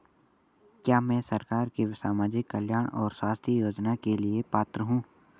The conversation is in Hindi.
क्या मैं सरकार के सामाजिक कल्याण और स्वास्थ्य योजना के लिए पात्र हूं?